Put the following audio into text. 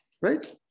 right